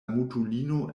mutulino